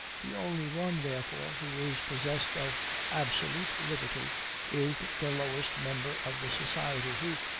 the only one, therefore, who is possessed of absolute liberty is the lowest member of the society, who,